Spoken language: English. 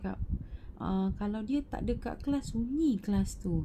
cakap err kalau dia tak ada kat class sunyi class itu